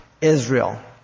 Israel